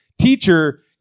Teacher